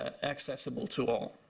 accessible to all.